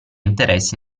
interessi